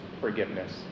forgiveness